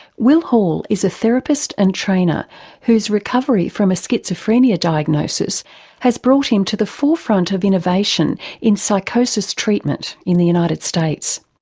will hall is a therapist and trainer whose recovery from a schizophrenia diagnosis has brought him to the forefront of innovation in psychosis treatment in the united states.